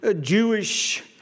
Jewish